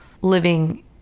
living